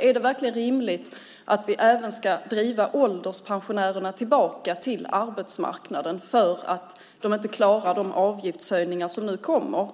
Är det verkligen rimligt att vi ska driva ålderspensionärerna tillbaka till arbetsmarknaden för att de inte klarar de avgiftshöjningar som nu kommer?